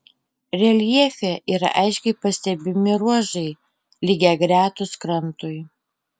reljefe yra aiškiai pastebimi ruožai lygiagretūs krantui